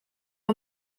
朋友